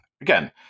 again